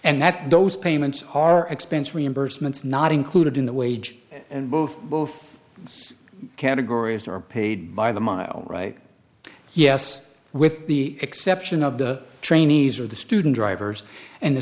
and that those payments are expense reimbursements not included in the wage and both both categories are paid by the mile right yes with the exception of the trainees are the student drivers and the